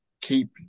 keep